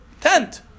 tent